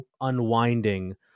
unwinding